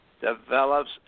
develops